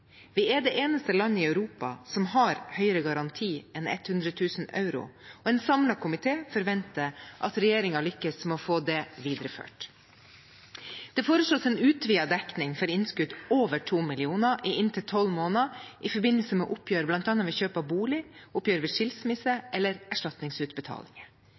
Vi er det eneste landet i Europa som har høyere garanti enn 100 000 euro, og en samlet komité forventer at regjeringen lykkes med å få det videreført. Det foreslås en utvidet dekning for innskudd over 2 mill. kr i inntil 12 måneder i forbindelse med oppgjør bl.a. ved kjøp av bolig, oppgjør ved skilsmisse eller erstatningsutbetalinger.